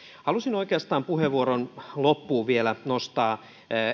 halusin oikeastaan puheenvuoron loppuun vielä nostaa